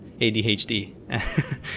ADHD